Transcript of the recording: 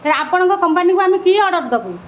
ତ ଆପଣଙ୍କ କମ୍ପାନୀକୁ ଆମେ କିଏ ଅର୍ଡ଼ର୍ ଦେବୁ